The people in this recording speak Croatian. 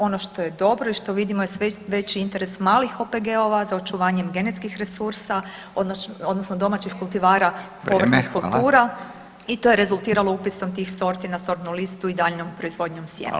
Ono što je dobro i što vidimo je sve veći interes malih OPG-ova za očuvanjem genetskih resursa odnosno domaćih kultivara povrtnih kultura i to je rezultiralo upisom tih sorti na sortnu listu i daljnjom proizvodnjom sjemena.